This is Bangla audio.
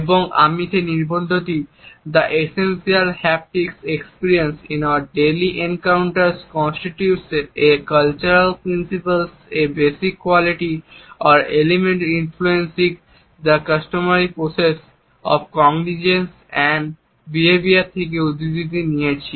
এবং আমি এই নিবন্ধটি "The essential haptic experience in our daily encounters constitutes a cultural principle a basic quality or element influencing the customary processes of cognition and behavior" থেকে উদ্ধৃতি দিয়েছি